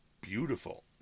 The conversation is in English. beautiful